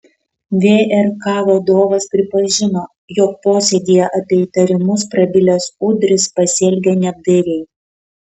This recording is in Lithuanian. vrk vadovas pripažino jog posėdyje apie įtarimus prabilęs udris pasielgė neapdairiai